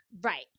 right